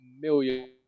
million